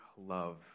love